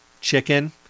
chicken